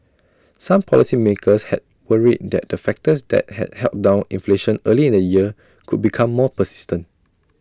some policymakers had worried that the factors that had held down inflation early in the year could become more persistent